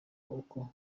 uko